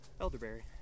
Elderberry